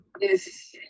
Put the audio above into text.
Yes